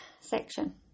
section